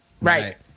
Right